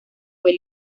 fue